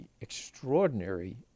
extraordinary